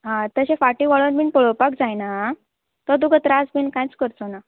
आं तशें फाटीं वळोन बीन पळोवपाक जायना आं तो तुका त्रास बीन कांयच करचो ना